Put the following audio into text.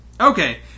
Okay